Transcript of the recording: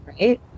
right